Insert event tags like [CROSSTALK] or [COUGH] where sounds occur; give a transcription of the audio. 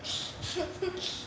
[LAUGHS]